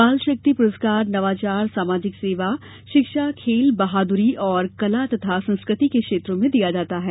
बाल शक्ति पुरस्कार नवाचार सामाजिक सेवा शिक्षा खेल बहादुरी तथा कला और संस्कृति के क्षेत्रों में दिया जाता है